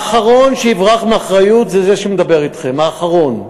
האחרון שיברח מאחריות זה זה שמדבר אתכם, האחרון.